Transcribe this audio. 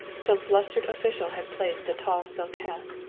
some flustered official had placed a tall silk hat!